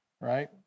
right